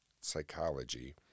psychology